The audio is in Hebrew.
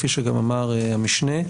כפי שגם אמר המשנה,